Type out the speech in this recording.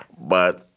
But-